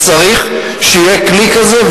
צריך שיהיה כלי כזה,